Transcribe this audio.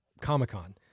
Comic-Con